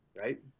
right